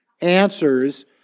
answers